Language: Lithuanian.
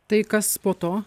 tai kas po to